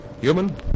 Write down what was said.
Human